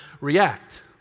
react